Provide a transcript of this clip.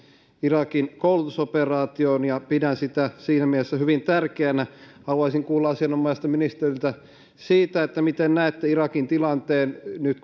irakin koulutusoperaatioon ja pidän sitä siinä mielessä hyvin tärkeänä haluaisin kuulla asianomaiselta ministeriltä miten näette irakin tilanteen nyt